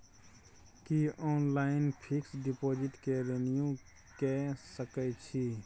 की online fix deposit के renew के सकै छी?